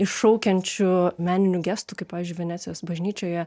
iššaukiančių meninių gestų kaip pavyzdžiui venecijos bažnyčioje